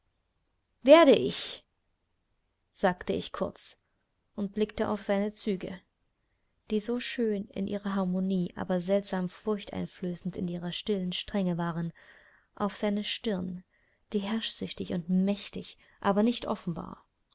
werde ich sagte ich kurz und ich blickte auf seine züge die so schön in ihrer harmonie aber seltsam furchteinflößend in ihrer stillen strenge waren auf seine stirn die herrschsüchtig und mächtig aber nicht offen